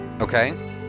okay